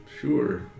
Sure